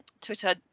twitter